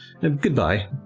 Goodbye